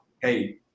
hey